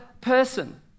person